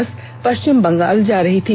बस पष्चिम बंगाल जा रही थी